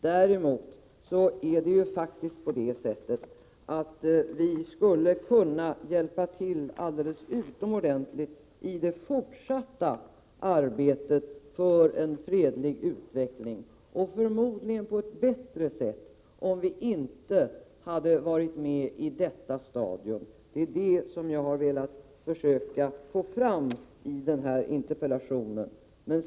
Däremot är det faktiskt på det sättet att vi skulle kunna hjälpa till alldeles utomordentligt i det fortsatta arbetet för en fredlig utveckling, och förmodligen på ett bättre sätt, om vi inte hade varit med på detta stadium. Det är detta som jag har velat försöka få fram i och med den här interpellationen.